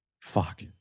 Fuck